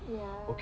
ya